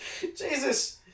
Jesus